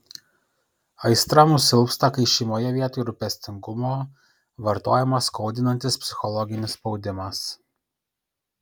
aistra nusilpsta kai šeimoje vietoj rūpestingumo vartojamas skaudinantis psichologinis spaudimas